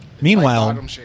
meanwhile